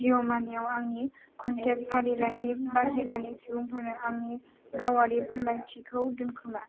जिअ' मानिआव आंनि कनटेक्ट फारिलाइनि बाहेरानि सुबुंफोरनो आंनि गावारि फोरमायथिखौ दोनखोमा